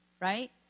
Right